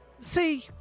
See